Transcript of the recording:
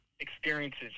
experiences